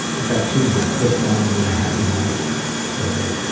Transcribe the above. we've got two left this one and then a happy moments survey.